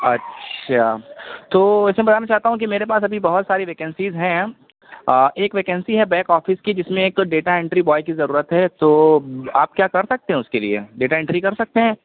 اچھا تو ویسے میں بتانا چاہتا ہوں کہ میرے پاس ابھی بہت ساری ویکینسیز ہیں ایک ویکنسی ہے بیک آفس کی جس میں ایک ڈیٹا انٹری بوائے کی ضرورت ہے تو آپ کیا کر سکتے ہیں اُس کے لیے ڈیٹا انٹری کر سکتے ہیں